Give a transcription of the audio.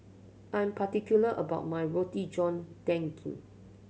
I'm particular about my Roti John Daging